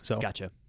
Gotcha